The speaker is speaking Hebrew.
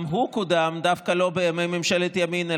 גם הוא קודם דווקא לא בימי ממשלת ימין,